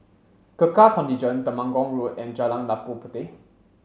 Gurkha Contingent Temenggong Road and Jalan Labu Puteh